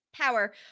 power